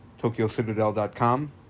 tokyocitadel.com